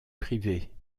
privée